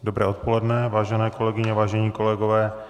Dobré odpoledne, vážené kolegyně, vážení kolegové.